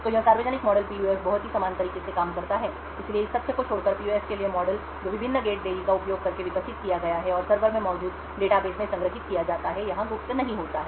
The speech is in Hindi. तो यह सार्वजनिक मॉडल पीयूएफ बहुत ही समान तरीके से काम करता है इसलिए इस तथ्य को छोड़कर कि पीयूएफ के लिए मॉडल जो विभिन्न गेट देरी का उपयोग करके विकसित किया गया है और सर्वर में मौजूद डेटाबेस में संग्रहीत किया जाता है यहाँ गुप्त नहीं होता है